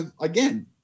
again